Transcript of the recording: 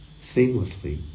seamlessly